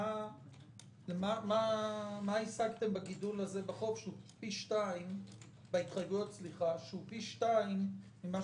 מה השגתם בגידול הזה בהתחייבויות שהוא פי שניים ממה